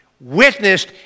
witnessed